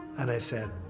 and i said,